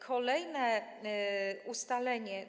Kolejne ustalenie.